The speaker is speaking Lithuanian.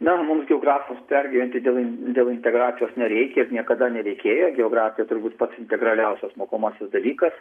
na mums geografams pergyventi dėl dėl integracijos nereikia ir niekada nereikėjo geografija turbūt pats integraliausias mokomasis dalykas